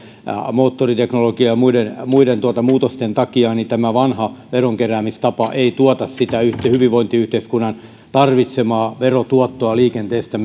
moottoriteknologian ja muiden muiden muutosten takia tämä vanha veronkeräämistapa ei tuota sitä hyvinvointiyhteiskunnan tarvitsemaa verotuottoa liikenteestä